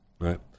right